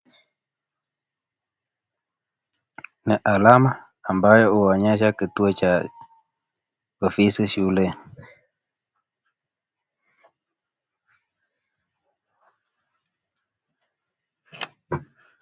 Kuna alama ambayo huonyesha kituo cha ofisi shuleni.